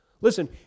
Listen